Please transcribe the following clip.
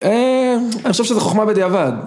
אה... אני חושב שזה חוכמה בדיעבד.